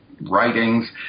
writings